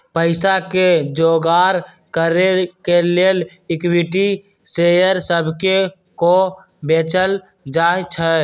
पईसा के जोगार करे के लेल इक्विटी शेयर सभके को बेचल जाइ छइ